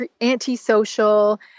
antisocial